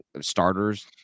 starters